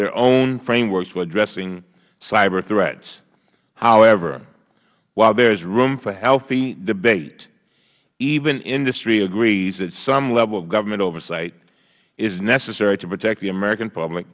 their own frameworks for addressing cyber threats however while there is room for healthy debate even industry agrees that some level of government oversight is necessary to protect the american public